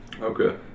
Okay